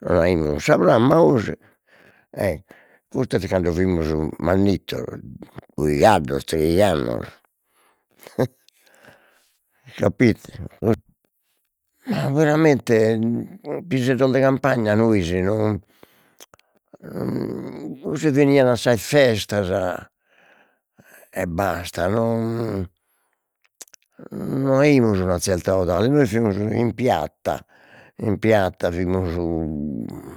Naraimus sa pramma 'osi custu est cando fimus mannittos doigh'addos, treigh'annos e capito. Ma veramente piseddos de campagna nois no cussos benian a sas festas, e basta no aimus una zelta 'odale nois fimus in piatta in piatta fimus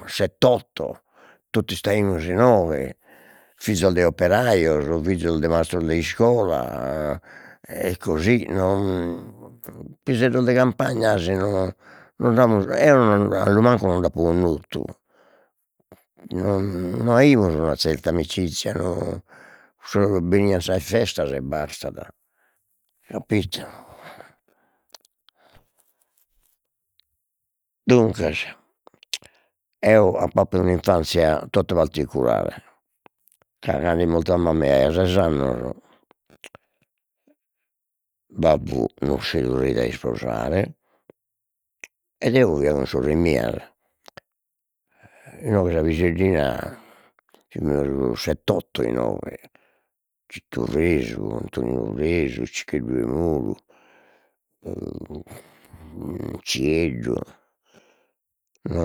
sett'otto, totu istaimus inoghe fizos de operaios fizos de mastros de iscola, e e così piseddos de campagna 'asi no nond'amus eo allumancu nond'apo connotu, no aimus una zelta amicizia no sos, benian sas festas e bastada capito. Duncas eo ap'appidu un'infanzia totu particulare, ca cando est molta mamma eo aia ses annos, babbu non si torreit a isposare ed eo fia cun sorres mias, inoghe sa piseddina fimus sett'otto inoghe, Citu Fresu, Antoninu Fresu, Ciccheddu 'emuru Cieddu o